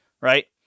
right